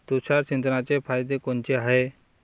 तुषार सिंचनाचे फायदे कोनचे हाये?